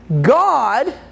God